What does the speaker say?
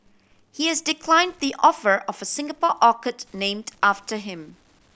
he has decline the offer of a Singapore orchid named after him